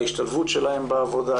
ההשתלבות שלהן בעבודה.